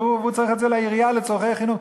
והוא צריך את זה לעירייה לצורכי חינוך,